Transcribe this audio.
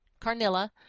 Carnilla